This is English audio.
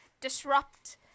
disrupt